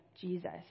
jesus